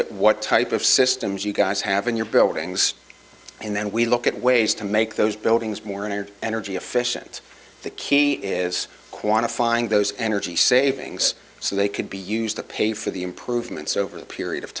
at what type of systems you guys have in your buildings and then we look at ways to make those buildings more energy energy efficient the key is quantifying those energy savings so they could be used to pay for the improvements over the period of